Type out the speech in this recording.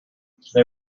they